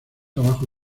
abajo